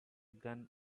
gun